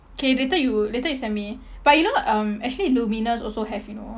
okay later you later you send me but you know um actually luminous also have you know